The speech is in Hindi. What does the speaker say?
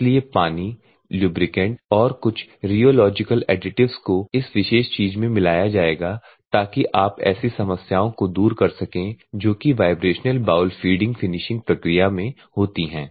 इसीलिए पानी लुब्रिकेंट और कुछ रियोलॉजिकल एडिटिव्स को इस विशेष चीज़ में मिलाया जाएगा ताकि आप ऐसी समस्याओं को दूर कर सकें जो कि वाइब्रेशनल बाउल फीडिंग फ़िनिशिंग प्रक्रिया में होती हैं